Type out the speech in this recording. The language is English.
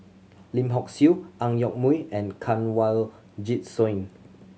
Lim Hock Siew Ang Yoke Mooi and Kanwaljit Soin